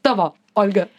tavo olga